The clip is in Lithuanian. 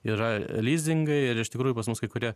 yra lizingai ir iš tikrųjų pas mus kai kurie